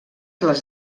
les